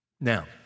Now